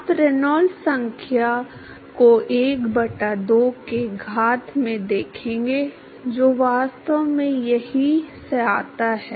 आप रेनॉल्ड्स संख्या को 1 बटा 2 के घात में देखेंगे जो वास्तव में यहीं से आता है